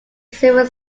silver